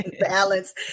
balance